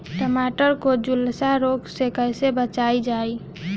टमाटर को जुलसा रोग से कैसे बचाइल जाइ?